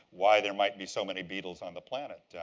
why there might be so many beetles on the planet.